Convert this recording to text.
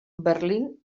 berlín